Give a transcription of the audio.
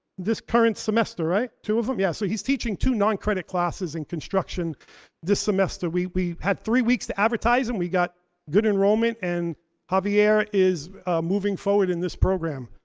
this current semester, right? two of them, yeah, so he's teaching two non-credit classes in construction this semester. we we had three weeks to advertise and we got good enrollment. and javier is moving forward in this program.